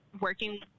working